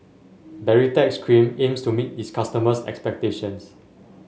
Baritex Cream aims to meet its customers' expectations